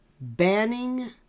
banning